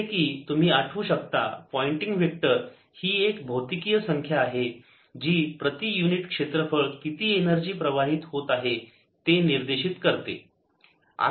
जसे की तुम्ही आठवू शकता पॉइंटिंग वेक्टर ही एक भौतिकीय संख्या आहे जी प्रति युनिट क्षेत्रफळ किती एनर्जी प्रवाहित होत आहे हे निर्देशीत करते